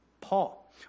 Paul